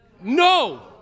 No